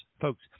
Folks